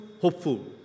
hopeful